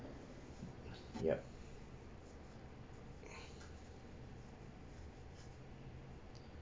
yup